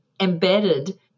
embedded